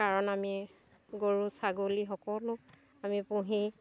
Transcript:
কাৰণ আমি গৰু ছাগলী সকলো আমি পুহি